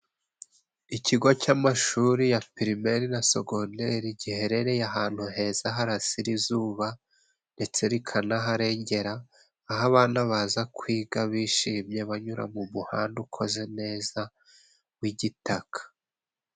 Ikigo cy'amashuri ya pirimeri na segondere，giherereye ahantu heza harasira izuba，ndetse rikanaharengera， aho abana baza kwiga bishimye， banyura mu muhanda ukoze neza w'igitaka.